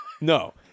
No